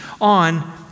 on